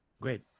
Great